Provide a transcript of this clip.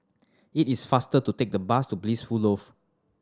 it is faster to take the bus to Blissful Loft